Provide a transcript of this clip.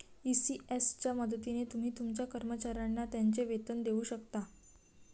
ECS च्या मदतीने तुम्ही तुमच्या कर्मचाऱ्यांना त्यांचे वेतन देऊ शकता